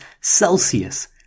Celsius